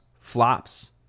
flops